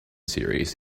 series